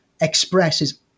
Expresses